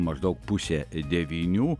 maždaug pusė devynių